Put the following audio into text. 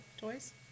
toys